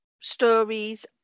stories